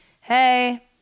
hey